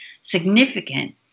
significant